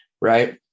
Right